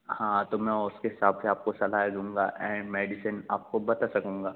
हाँ तो मैं उसके हिसाब से सलाहें दूँगा ऐंड मेडिसिन आपको बता सकूँगा